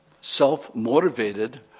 self-motivated